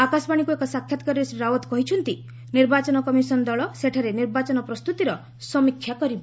ଆକାଶବାଣୀକୁ ଏକ ସାକ୍ଷାତ୍କାରରେ ଶ୍ରୀ ରାଓ୍ୱତ୍ କହିଛନ୍ତି ନିର୍ବାଚନ କମିଶନ ଦଳ ସେଠାରେ ନିର୍ବାଚନ ପ୍ରସ୍ତୁତିର ସମୀକ୍ଷା କରିବ